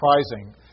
surprising